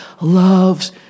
loves